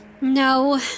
No